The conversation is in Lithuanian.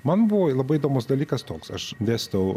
man buvo labai įdomus dalykas toks aš dėstau